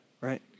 right